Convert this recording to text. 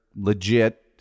legit